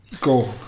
Go